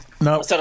No